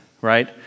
right